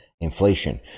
inflation